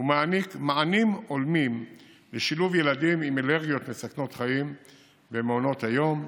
ומעניק מענים הולמים לשילוב ילדים עם אלרגיות מסכנות חיים במעונות היום: